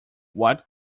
what